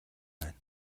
байна